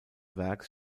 werks